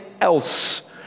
else